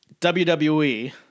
WWE